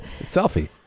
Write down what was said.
selfie